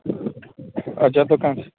अच्छा दोकान